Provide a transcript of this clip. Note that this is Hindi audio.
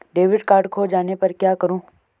डेबिट कार्ड खो जाने पर क्या करूँ?